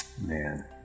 Man